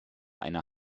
einer